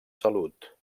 salut